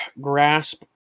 grasp